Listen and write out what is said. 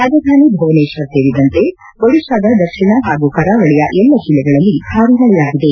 ರಾಜಧಾನಿ ಭುವನೇಶ್ವರ್ ಸೇರಿದಂತೆ ಒಡಿತಾದ ದಕ್ಷಿಣ ಹಾಗೂ ಕರಾವಳಿಯ ಎಲ್ಲ ಜಿಲ್ಲೆಗಳಲ್ಲಿ ಭಾರಿ ಮಳೆಯಾಗಿದೆ